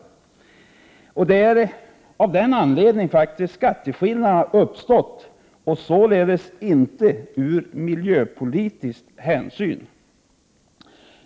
Det är faktiskt av den anledningen som skatteskillnaderna uppstått. Det har alltså inte varit frågan om miljöpolitiska hänsyn.